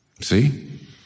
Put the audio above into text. See